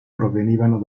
provenivano